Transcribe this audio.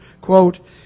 quote